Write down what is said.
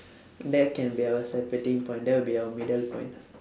that can be our separating point there will our middle point